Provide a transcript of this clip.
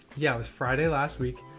yeah, it was friday last week.